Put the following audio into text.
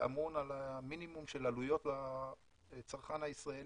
אמון על המינימום של עלויות לצרכן הישראלי.